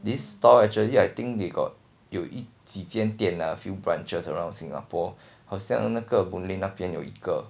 this stall actually I think they got 有一几间店 lah few branches around singapore 好像那个 boon lay 那边有一个